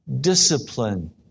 discipline